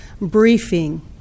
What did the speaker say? briefing